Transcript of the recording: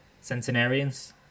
centenarians